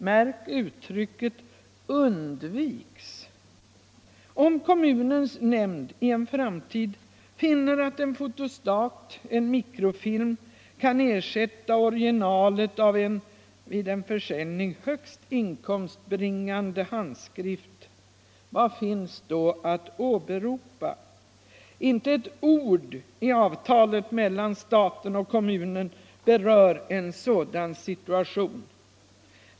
Märk uttrycket ”undviks”. Om kommunens nämnd i en framtid finner att en fotostat, en mikrofilm, kan ersätta originalet av en vid en försäljning högst inkomstbringande handskrift, vad finns då att åberopa? Inte ett ord i avtalet mellan staten och kommunen berör en sådan situation.